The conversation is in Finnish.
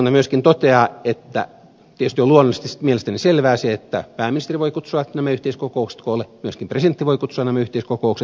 valiokunta myöskin toteaa ja se on luonnollisesti mielestäni selvää että pääministeri voi kutsua nämä yhteiskokoukset koolle ja myöskin presidentti voi kutsua nämä yhteiskokoukset koolle